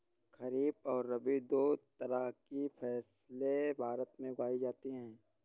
खरीप और रबी दो तरह की फैसले भारत में उगाई जाती है